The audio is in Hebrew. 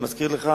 אני מזכיר לך,